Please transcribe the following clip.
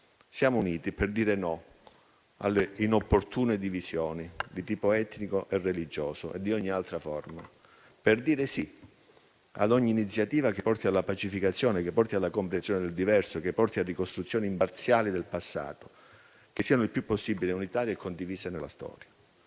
Siamo uniti per dire no alle inopportune divisioni, di tipo etnico e religioso e di ogni altra forma, e per dire sì ad ogni iniziativa che porti alla pacificazione, alla comprensione del diverso e a ricostruzioni imparziali del passato e della storia, che siano il più possibile unitarie e condivise. La